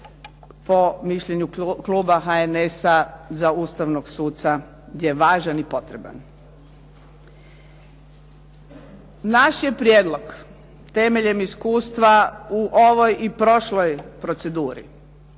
po mišljenju kluba HNS-a za ustavnog suca je važan i potreban. Naš je prijedlog temeljem iskustva u ovoj i prošloj proceduri,